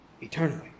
eternally